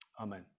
amen